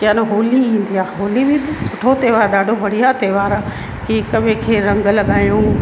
की आ न होली ईंदी आहे होली बि सुठो त्योहारु ॾाढो बढ़िया त्योहारु आहे की हिक ॿिए खे रंग लॻायूं